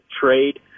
trade